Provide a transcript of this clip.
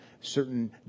Certain